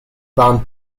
bound